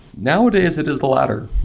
nowadays it is the latter.